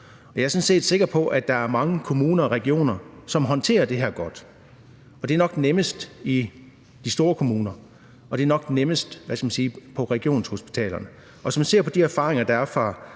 Jeg er sådan set sikker på, at der er mange kommuner og regioner, som håndterer det her godt. Det er nok nemmest i de store kommuner, og det er nok nemmest på regionshospitalerne. Hvis man ser på de erfaringer, der er fra